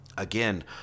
Again